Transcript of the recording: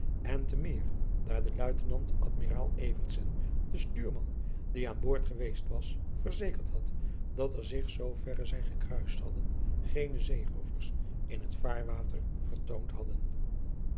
en te meer daar de luitenant admiraal evertsen den stuurman die aan boord geweest was verzekerd had dat er zich zoo verre zij gekruist hadden geene zeeroovers in het vaarwater vertoond hadden